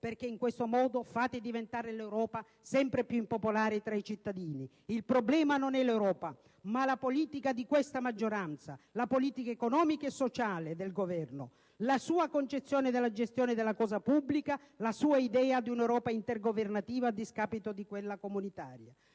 perché in questo modo fate diventare l'Europa sempre più impopolare tra i cittadini. Il problema non è l'Europa, ma la politica di questa maggioranza, la politica economica e sociale di questo Governo, la sua concezione della gestione della cosa pubblica, la sua idea di una Europa intergovernativa a discapito di quella comunitaria.